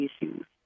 issues